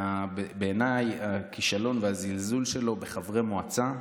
בעיניי הכישלון והזלזול שלו בחברי מועצה,